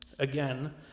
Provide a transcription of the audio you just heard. again